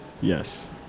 Yes